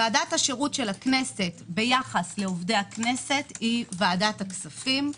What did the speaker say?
ועדת השירות של הכנסת ביחס לעובדי הכנסת היא ועדת הכספים.